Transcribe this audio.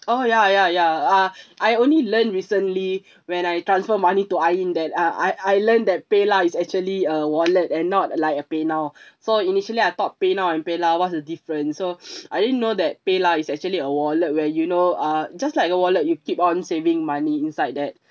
oh ya ya ya uh I only learn recently when I transfer money to ain that I I learned that PayLah is actually a wallet and not like a PayNow so initially I thought PayNow and PayLah what's the difference so I didn't know that PayLah is actually a wallet where you know uh just like a wallet you keep on saving money inside that